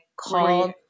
called